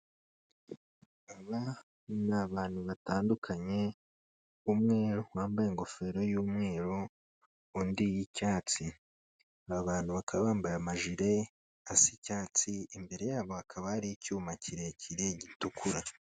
Aba ni abantu batandukanye, umwe wambaye ingofero y'umweru, undi y'icyatsi, aba bantu bakaba bambaye amajire asa icyatsi, imbere yabo hakaba hari icyuma kirekire gitukura.